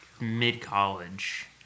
mid-college